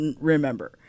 remember